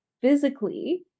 physically